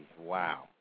wow